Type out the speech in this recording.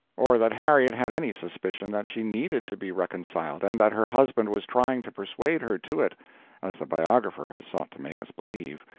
or that harriet had any suspicion that she needed to be reconciled and that her husband was trying to persuade her to it as the biographer has sought to make us believe,